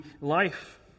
life